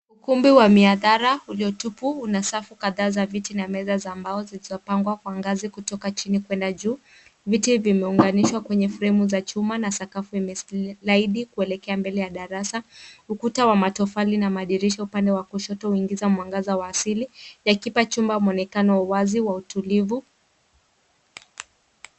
Ukumbi wa mihadhara uliotupu una safu kadhaa za viti na meza za mbao zilizopangwa kwa ngazi kutoka chini kuenda juu. Viti vimeunganishwa kwenye fremu za chuma na sakafu imeslaidi kuelekea mbele ya darasa. Ukuta wa matofali na madirisha upande wa kushoto huingiza mwanga wa asili yakipa chumba mwonekano wa wazi wa utulivu.